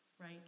right